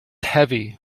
heavy